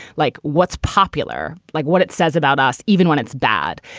like what's popular, like what it says about us, even when it's bad.